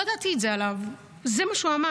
לא ידעתי את זה עליו, זה מה שהוא אמר.